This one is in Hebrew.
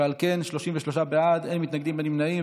ועל כן, 33 בעד, אין מתנגדים, אין נמנעים.